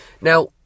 Now